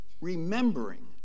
remembering